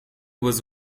was